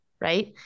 right